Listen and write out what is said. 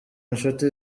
inshuti